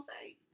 say